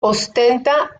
ostenta